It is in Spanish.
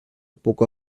poco